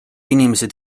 inimesed